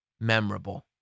memorable